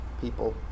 people